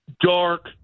Dark